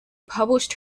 published